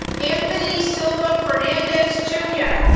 anthony silva fernandez jr.